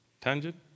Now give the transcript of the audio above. Tangent